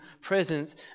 presence